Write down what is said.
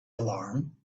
alarm